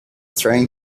trying